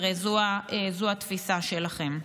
הרי זו התפיסה שלכם.